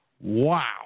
Wow